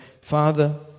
Father